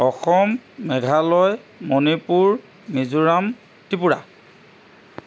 Assam Meghalaya Manipur Mizoram Tripura